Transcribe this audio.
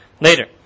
later